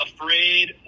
afraid